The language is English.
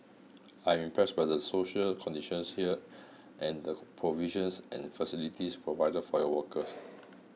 I am impressed by the social conditions here and the provisions and facilities provided for your workers